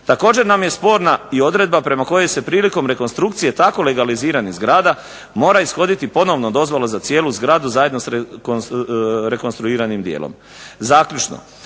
Također nam je sporna i odredba prema kojoj se prilikom rekonstrukcije tako legaliziranih zgrada mora ishoditi ponovno dozvola za cijelu zgradu zajedno sa rekonstruiranim dijelom. Zaključno.